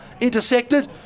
intersected